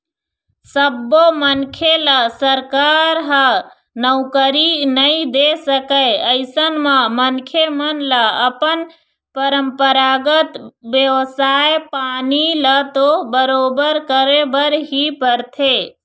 सब्बो मनखे ल सरकार ह नउकरी नइ दे सकय अइसन म मनखे मन ल अपन परपंरागत बेवसाय पानी ल तो बरोबर करे बर ही परथे